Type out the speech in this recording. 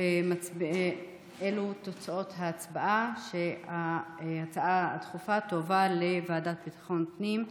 אלה תוצאות ההצבעה: ההצעה הדחופה תועבר לוועדה לביטחון הפנים.